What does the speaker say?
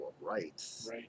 rights